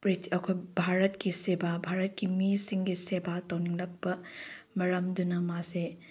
ꯚꯥꯔꯠꯀꯤ ꯁꯦꯕꯥ ꯚꯥꯔꯠꯀꯤ ꯃꯤꯁꯤꯡꯒꯤ ꯁꯦꯕꯥ ꯇꯧꯅꯤꯡꯂꯛꯄ ꯃꯔꯝꯗꯨꯅ ꯃꯥꯁꯦ